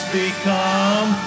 become